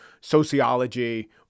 sociology